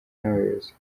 n’abayobozi